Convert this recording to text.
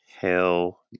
Hell